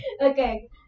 Okay